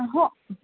हो